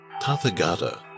Tathagata